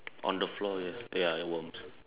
on the floor yes ya ya worms